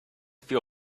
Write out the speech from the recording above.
few